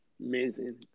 amazing